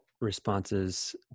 responses